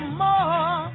more